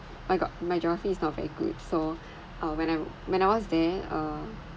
my god my geography is not very good so uh when I when I was there uh